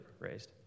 raised